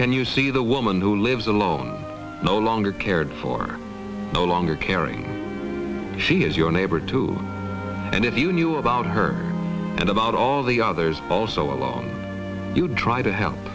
can you see the woman who lives alone no longer cared for no longer caring she is your neighbor too and if you knew about her and about all the others also alone you try to help